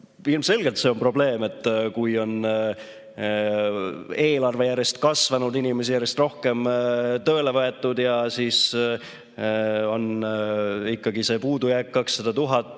Ilmselgelt see on probleem, kui eelarve on järjest kasvanud, inimesi on järjest rohkem tööle võetud, aga on ikkagi see puudujääk 200 000,